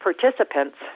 participants